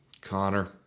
Connor